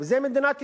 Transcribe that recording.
וזו מדינת ישראל.